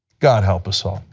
god help us all.